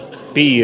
pii